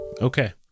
Okay